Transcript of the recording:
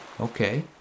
Okay